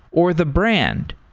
or the brand.